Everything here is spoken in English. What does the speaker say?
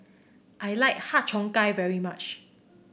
I like Har Cheong Gai very much